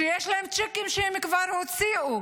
שיש להם צ'קים שהם כבר הוציאו,